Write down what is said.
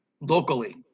locally